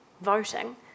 voting